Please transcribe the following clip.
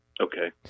Okay